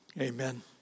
Amen